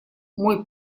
мой